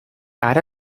ara